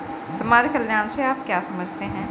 समाज कल्याण से आप क्या समझते हैं?